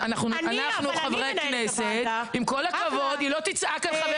אנחנו חברי הכנסת --- אני,